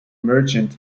merchant